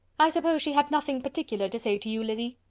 i suppose she had nothing particular to say to you, lizzy?